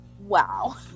Wow